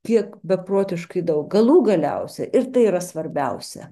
kiek beprotiškai daug galų galiausia ir tai yra svarbiausia